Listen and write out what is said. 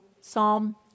Psalm